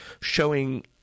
showing